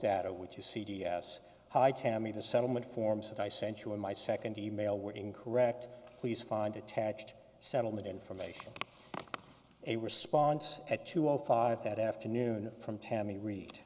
data which is c d s hi tammy the settlement forms that i sent you in my second e mail were incorrect please find attached settlement information a response at two o five that afternoon from tami read